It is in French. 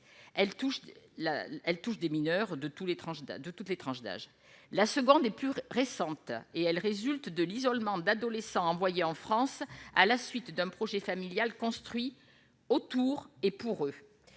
les tranches d'âge, de toutes les tranches d'âge, la seconde est plus récente et elle résulte de l'isolement d'adolescents envoyés en France à la suite d'un projet familial construit autour et pour eux,